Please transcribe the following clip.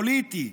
פוליטי,